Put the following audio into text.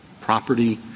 property